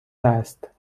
است